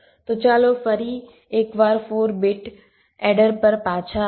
તો ચાલો ફરી એકવાર 4 બીટ એડર પર પાછા આવીએ